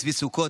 צבי סוכות,